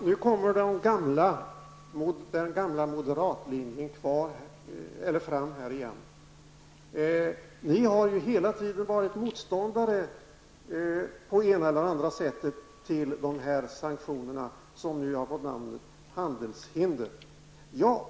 Fru talman! Nu kommer den gamla moderatlinjen fram igen. Ni har ju hela tiden varit motståndare på det ena eller andra sättet till de sanktioner som nu fått namnet ''handelshinder''.